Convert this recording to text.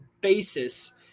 basis